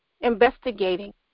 investigating